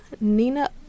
Nina